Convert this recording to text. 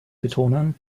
betonen